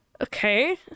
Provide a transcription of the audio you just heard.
Okay